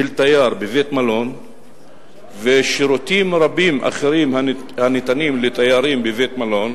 תייר בבית-מלון ולשירותים רבים אחרים הניתנים לתיירים בבית-מלון,